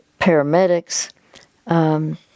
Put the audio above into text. paramedics